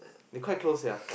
they quite close sia